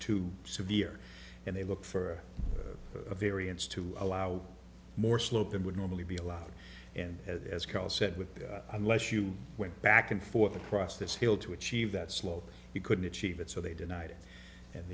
too severe and they look for a variance to allow more slope than would normally be allowed and as carl said with unless you went back and forth across this hill to achieve that slope you couldn't achieve it so they denied it and